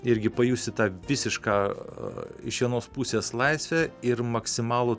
irgi pajusit tą visišką iš vienos pusės laisvę ir maksimalų